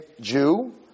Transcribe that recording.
Jew